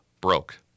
broke